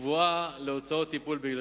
קבועה להוצאות הטיפול בילדים.